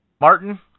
Martin